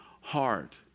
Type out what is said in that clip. heart